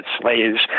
slaves